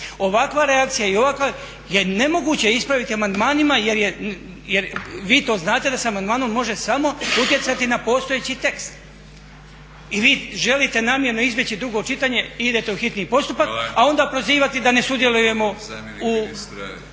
Ovakva reakcija i ovo je nemoguće ispraviti amandmanima jer vi to znate da se amandmanom može samo utjecati na postojeći tekst, i vi želite namjerno izbjeći drugo čitanje i idete u hitni postupak a onda prozivati da ne sudjelujemo u